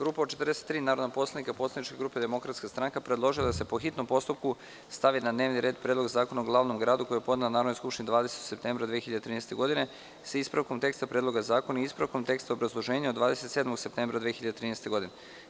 Grupa od 43 narodna poslanika poslaničke grupe Demokratska stranka predložila je da se po hitnom postupku stavi na dnevni red Predlog zakona o glavnom gradu, koji je podnela Narodnoj skupštini 20. septembra 2013. godine i sa ispravkom teksta Predloga zakona i ispravkom teksta obrazloženja od 27. septembra 2013. godine.